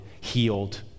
healed